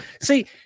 See